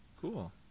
Cool